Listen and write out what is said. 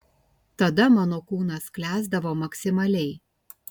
tada mano kūnas sklęsdavo maksimaliai